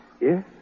Yes